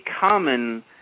common